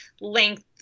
length